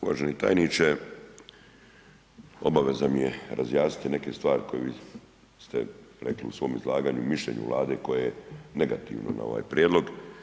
Uvaženi tajniče, obaveza mi je razjasniti neke stvari koje vi ste rekli u svom izlaganju i mišljenu Vlade koje je negativno na ovaj prijedlog.